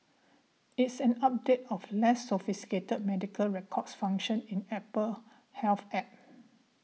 it's an update of less sophisticated medical records function in Apple's Health App